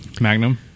Magnum